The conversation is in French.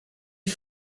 est